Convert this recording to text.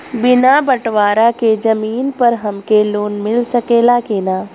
बिना बटवारा के जमीन पर हमके लोन मिल सकेला की ना?